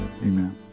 Amen